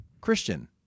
Christian